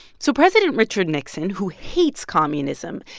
so president richard nixon, who hates communism,